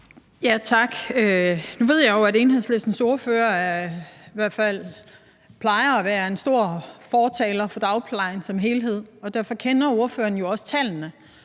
Tak. Nu ved jeg jo, at Enhedslistens ordfører i hvert fald plejer at være en stor fortaler for dagplejen som helhed, og derfor kender ordføreren jo også tallene